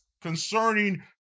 concerning